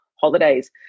holidays